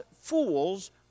fools